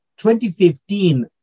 2015